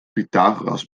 pythagoras